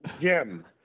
Jim